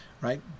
right